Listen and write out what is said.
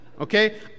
Okay